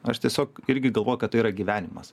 aš tiesiog irgi galvoju kad tai yra gyvenimas